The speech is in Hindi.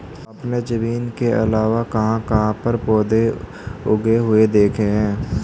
आपने जमीन के अलावा कहाँ कहाँ पर पौधे उगे हुए देखे हैं?